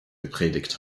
gepredigt